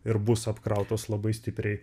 ir bus apkrautos labai stipriai